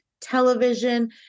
television